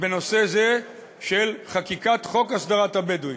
בנושא זה של חקיקת חוק הסדרת התיישבות הבדואים.